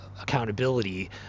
accountability